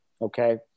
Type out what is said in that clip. Okay